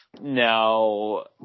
No